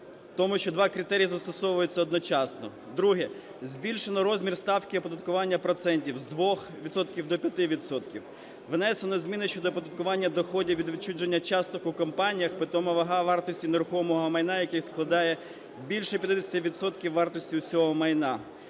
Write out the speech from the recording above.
тому, що два критерії застосовуються одночасно. Друге. Збільшено розмір ставки оподаткування процентів з 2 відсотків до 5 відсотків. Внесено зміни щодо оподаткування доходів від відчуження часток у компаніях, питома вага вартості нерухомого майна яких складає більше 50 відсотків вартості усього майна,